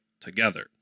together